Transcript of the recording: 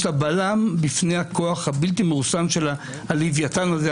לה בלם בפני הכוח הבלתי מרוסן של הלווייתן הזה,